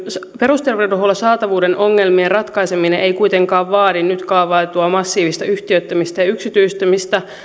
perusterveydenhuollon saatavuuden ongelmien ratkaiseminen ei kuitenkaan vaadi nyt kaavailtua massiivista yhtiöittämistä ja yksityistämistä